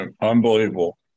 unbelievable